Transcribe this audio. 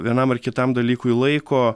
vienam ar kitam dalykui laiko